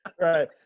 Right